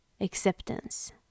acceptance